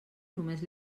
només